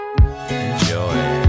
Enjoy